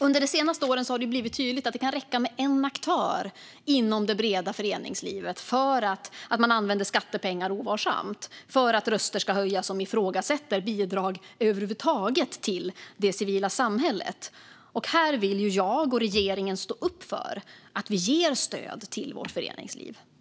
Under de senaste åren har det blivit tydligt att det kan räcka med att en aktör inom det breda föreningslivet använder skattepengar ovarsamt för att röster ska höjas som ifrågasätter bidrag över huvud taget till det civila samhället. Här vill jag och regeringen stå upp för att vi ger stöd till vårt föreningsliv.